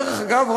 דרך אגב,